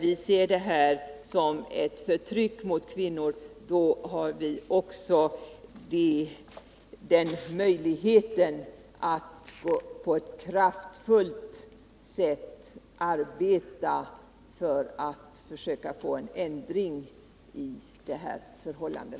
Vi ser detta bruk som ett förtryck mot kvinnor, och vi har möjlighet att på ett kraftfullt sätt arbeta för att få en ändring i rådande förhållanden.